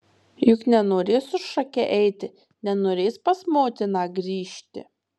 juk nenorės su šake eiti nenorės pas motiną grįžti